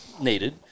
needed